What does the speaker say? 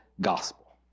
gospel